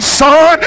son